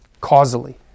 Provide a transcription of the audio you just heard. causally